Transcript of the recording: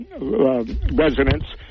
residents